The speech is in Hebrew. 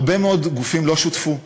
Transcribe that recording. הרבה מאוד גופים לא שותפו.